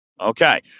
Okay